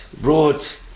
brought